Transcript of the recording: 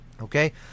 Okay